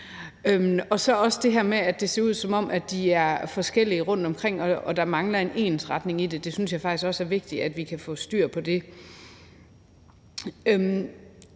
er der også det her med, at det ser ud, som om de er forskellige rundtomkring, og at der mangler en ensretning af det. Det synes jeg faktisk også er vigtigt vi får styr på.